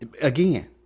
Again